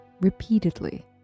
repeatedly